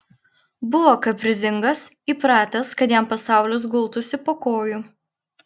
buvo kaprizingas įpratęs kad jam pasaulis gultųsi po kojų